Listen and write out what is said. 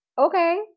okay